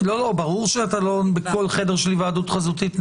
ברור שלא בכל חדר של היוועדות חזותית,